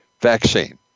vaccine